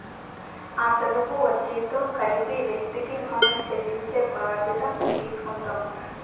అసలు కు వడ్డీతో కలిపి వ్యక్తికి మనం చెల్లించే బాధ్యత తీసుకుంటాం